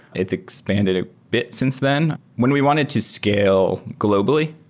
it's expanded a bit since then. when we wanted to scale globally,